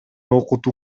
окутуу